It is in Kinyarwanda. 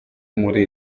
muri